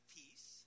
peace